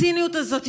הציניות הזאת,